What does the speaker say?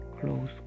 close